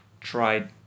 tried